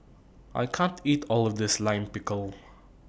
I can't eat All of This Lime Pickle